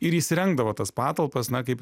ir įsirengdavo tas patalpas na kaip